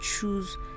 choose